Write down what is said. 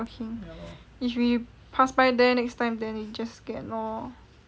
if we pass by there next time then we just get lor